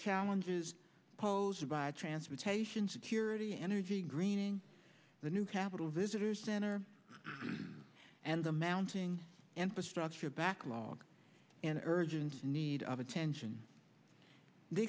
challenges posed by transportation security energy greening the new capitol visitor center and the mounting and for structure backlog an urgent need of attention the